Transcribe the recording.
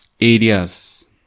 areas